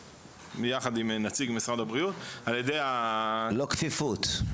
ביחד עם נציג ממשרד הבריאות --- לא כפיפות.